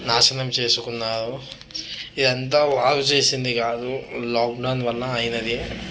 నాశనం చేసుకున్నారు ఇదంతా వాళ్ళు చేసింది కాదు లాక్డౌన్ వలన అయినది